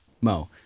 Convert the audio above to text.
Mo